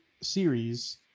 series